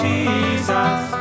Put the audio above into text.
Jesus